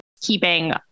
keeping